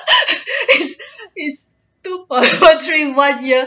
is is two point one three one year